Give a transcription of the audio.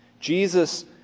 Jesus